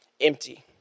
empty